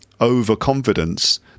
overconfidence